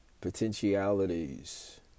potentialities